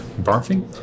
barfing